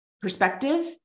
perspective